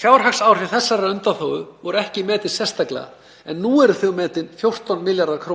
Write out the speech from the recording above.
Fjárhagsáhrif þessarar undanþágu voru ekki metin sérstaklega en nú eru þau metin á 14 milljarða kr.